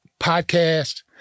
podcast